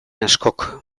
askok